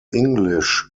english